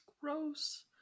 gross